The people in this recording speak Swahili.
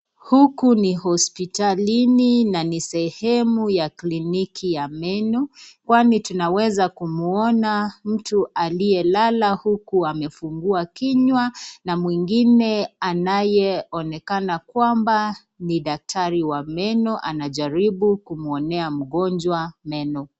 Huku ni hospitalini na nisehemu ya kiliniki ya meno, kwani tunaweza kumuona mtu aliyelala huku akifungua kinywa, na mwingine anayeonekana kwamba ni dakrari wa meno, anajaribu kumuonea mgonjwa meno.